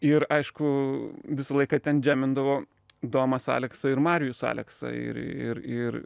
ir aišku visą laiką ten džiamindavo domas aleksa ir marijus aleksa ir ir ir